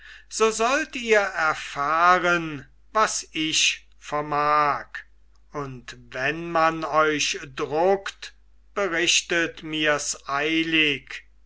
so sollt ihr erfahren was ich vermag und wenn man euch druckt berichtet mirs eilig